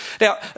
Now